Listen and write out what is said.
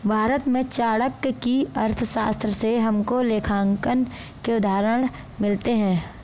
भारत में चाणक्य की अर्थशास्त्र से हमको लेखांकन के उदाहरण मिलते हैं